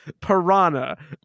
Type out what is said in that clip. Piranha